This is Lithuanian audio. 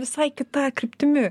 visai kita kryptimi